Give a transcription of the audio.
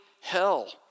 hell